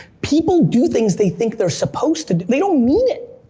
people do things they think they're supposed to, they don't mean it!